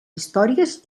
històries